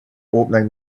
opening